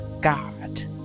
God